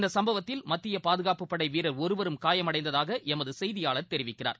இந்தசம்பவத்தில் மத்தியபாதுகாட்புப்படைவீரர் ஒருவரும் காயமடைந்ததாகளமதுசெய்தியாளர் தெரிவிக்கிறார்